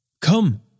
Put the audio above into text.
Come